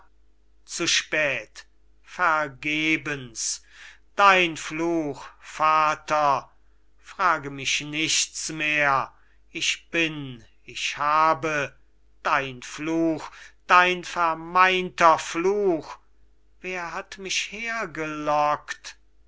zu spät vergebens dein fluch vater frage mich nichts mehr ich bin ich habe dein fluch dein vermeinter fluch wer hat mich hergelockt